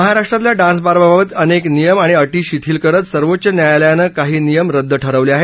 महाराष्ट्रातल्या डान्सबारबाबत अनेक नियम आणि अटी शिथील करत सर्वोच्च न्यायालयानं काही नियम रद्द ठरवले आहेत